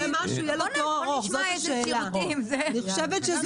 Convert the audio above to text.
דואר באורח תקין וסדיר.